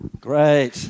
Great